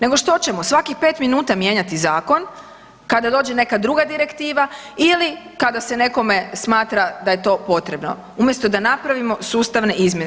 Nego što ćemo, svakih 5 minuta mijenjati zakon, kada dođe neka druga direktiva ili kada se nekome smatra da je to potrebno umjesto da napravimo sustavne izmjene.